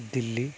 Delhi